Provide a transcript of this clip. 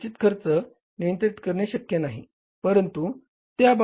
निश्चित खर्च नियंत्रित करणे शक्य नाही